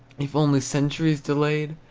if only centuries delayed,